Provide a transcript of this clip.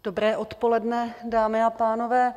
Dobré odpoledne, dámy a pánové.